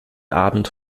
abend